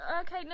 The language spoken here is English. Okay